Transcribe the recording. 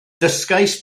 dysgais